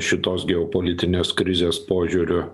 šitos geopolitinės krizės požiūriu